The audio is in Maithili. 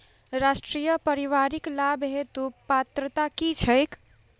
राष्ट्रीय परिवारिक लाभ हेतु पात्रता की छैक